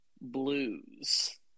blues